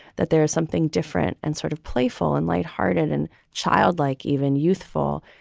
that there is something different and sort of playful and light hearted and childlike, even youthful.